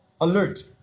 alert